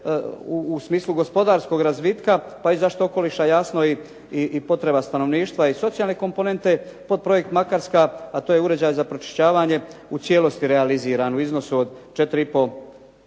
u smislu gospodarskog razvitka pa i zaštite okoliša jasno i potreba stanovništva i socijalne komponente podprojekt Makarska a to je uređaj za pročišćavanje u cijelosti realiziran u iznosu od 4,5 dakle,